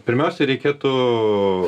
pirmiausia reikėtų